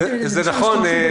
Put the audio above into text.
נכון,